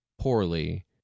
poorly